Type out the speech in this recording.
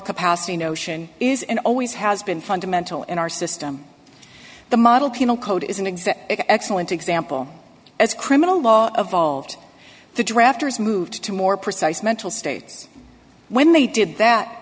capacity notion is and always has been fundamental in our system the model penal code is an exact excellent example as criminal law evolved the drafters moved to more precise mental states when they did that